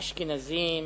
אשכנזים,